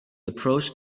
approached